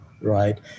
right